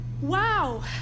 wow